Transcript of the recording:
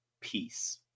Peace